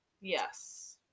yes